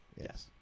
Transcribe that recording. Yes